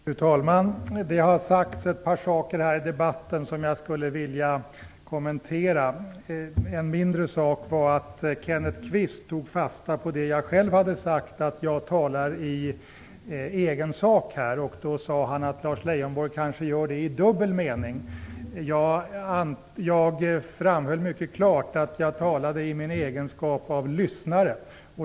Fru talman! Det har sagts ett en del här i debatten som jag skulle vilja kommentera. En mindre sak var att Kenneth Kvist tog fasta på det jag själv hade sagt om att jag här talar i egen sak. Han sade att Lars Leijonborg kanske gör det i dubbel mening. Jag framhöll mycket klart att jag talade i min egenskap av lyssnare.